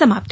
समाप्त